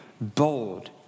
bold